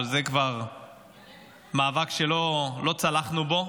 אבל זה כבר מאבק שלא הצלחנו בו.